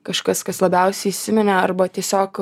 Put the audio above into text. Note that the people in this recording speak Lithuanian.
kažkas kas labiausiai įsiminė arba tiesiog